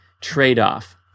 trade-off